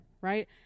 right